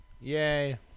Yay